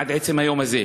עד עצם היום הזה.